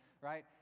right